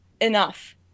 enough